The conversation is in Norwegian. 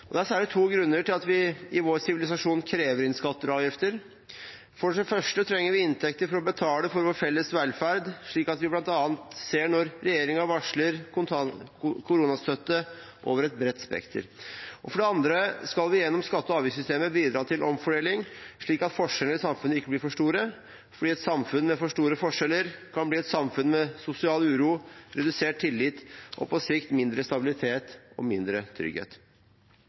er særlig to grunner til at vi i vår sivilisasjon krever inn skatter og avgifter. For det første trenger vi inntekter for å betale for vår felles velferd, slik vi bl.a. ser når regjeringen varsler koronastøtte over et bredt spekter. For det andre skal vi gjennom skatte- og avgiftssystemet bidra til omfordeling, slik at forskjellene i samfunnet ikke blir for store, fordi et samfunn med for store forskjeller kan bli et samfunn med sosial uro, redusert tillit og på sikt mindre stabilitet og mindre trygghet.